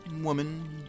woman